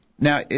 Now